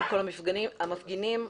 לכל המפגינים,